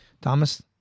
Thomas